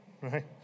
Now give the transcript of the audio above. Right